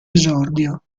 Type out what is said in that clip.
esordio